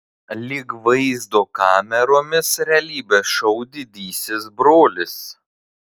lyg vaizdo kameromis realybės šou didysis brolis